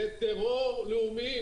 זה טרור לאומי,